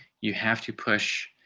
you have to push